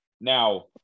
Now